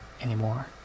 anymore